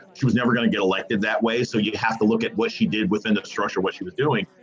she was never going to get elected that way. so you have to look at what she did within the structure, what she was doing.